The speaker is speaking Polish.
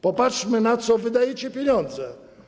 Popatrzmy, na co wydajecie pieniądze.